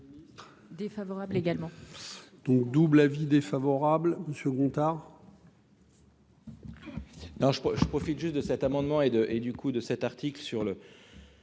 Défavorable également. Donc double avis défavorable Monsieur Gontard.